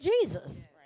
Jesus